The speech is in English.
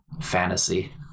fantasy